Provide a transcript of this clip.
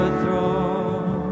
throne